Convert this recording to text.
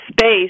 space